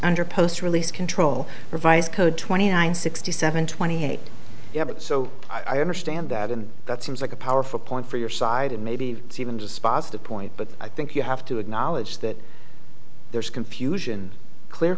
under post release control revised code twenty nine sixty seven twenty eight so i understand that and that seems like a powerful point for your side and maybe even dispositive point but i think you have to acknowledge that there's confusion clear